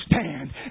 stand